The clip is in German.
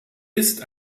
ist